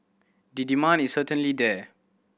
the demand is certainly there